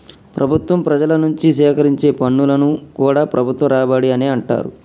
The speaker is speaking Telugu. ప్రభుత్వం ప్రజల నుంచి సేకరించే పన్నులను కూడా ప్రభుత్వ రాబడి అనే అంటరు